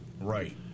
Right